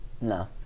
No